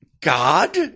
God